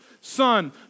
son